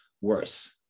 worse